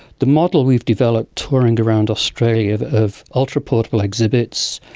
the model we've developed touring around australia of ultraportable exhibits,